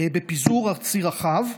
בפיזור על ציר רחב.